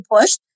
push